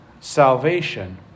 salvation